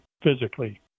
physically